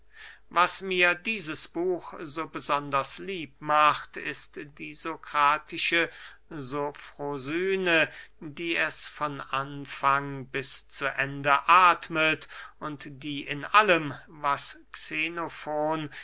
was mir dieses buch so besonders lieb macht ist die sokratische sofrosyne die es von anfang bis zu ende athmet und die in allem was xenofon